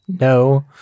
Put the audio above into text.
No